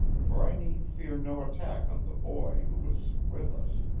for i need fear no attack on the boy who was with us.